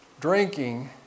Drinking